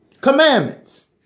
commandments